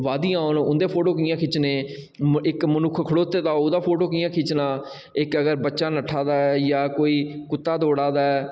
वादियां होन उं'दे फोटो कि'यां खिच्चने इक मनुक्ख खड़ोते दा ओह्दा फोटो कि'यां खिच्चना इक अगर बच्चा नट्ठा दा ऐ जां कोई कुत्ता दौड़ा दा ऐ